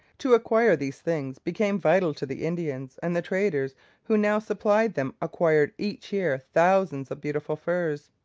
to acquire these things became vital to the indians, and the traders who now supplied them acquired each year thousands of beautiful furs.